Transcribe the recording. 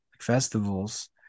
festivals